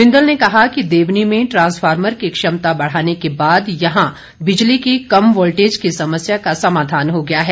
बिंदल ने कहा कि देवनी में ट्रासफार्मर की क्षमता बढ़ाने के बाद यहां बिजली की कम वोल्टेज की समस्या का समाधान हो गया है